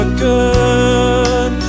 good